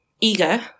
eager